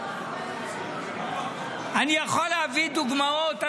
אני יכול להביא דוגמאות,